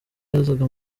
yazaga